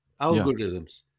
algorithms